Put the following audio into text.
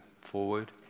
forward